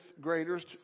graders